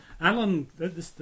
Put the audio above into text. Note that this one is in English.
Alan